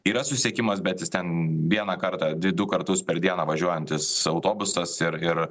yra susisiekimas bet jis ten vieną kartą dvi du kartus per dieną važiuojantis autobusas ir ir